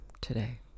today